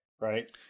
Right